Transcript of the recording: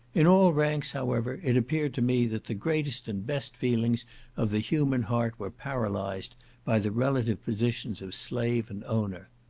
in all ranks, however, it appeared to me that the greatest and best feelings of the human heart were paralyzed by the relative positions of slave and owner.